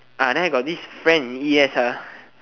ah neh got this friend e_s ah